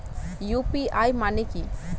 UPI মানে কি?